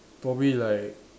probably like